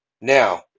Now